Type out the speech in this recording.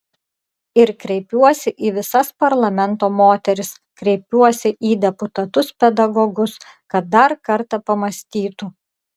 ir kreipiuosi į visas parlamento moteris kreipiuosi į deputatus pedagogus kad dar kartą pamąstytų